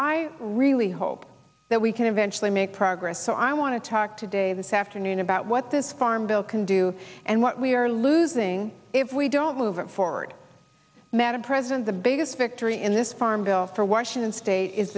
i really hope that we can eventually make progress so i want to talk today this afternoon about what this farm bill can do and what we are losing if we don't move it forward madam president the biggest victory in this farm bill for washington state is